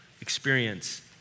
experience